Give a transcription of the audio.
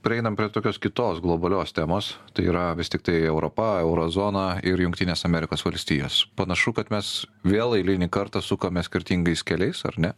prieinam prie tokios kitos globalios temos tai yra vis tiktai europa euro zona ir jungtinės amerikos valstijos panašu kad mes vėl eilinį kartą sukame skirtingais keliais ar ne